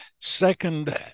second